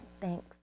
thanks